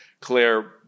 Claire